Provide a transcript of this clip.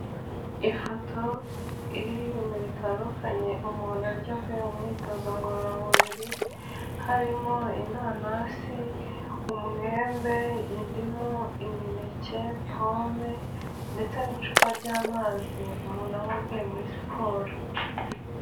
Ifoto iriho ibintu bitandukanye umuntu arya avuye mu myitozo ngororamubiri, harimo: inanasi, umwembe, indimu, imineke, pome, ndetse n'icupa ry'amazi umuntu anywa avuye muri siporo.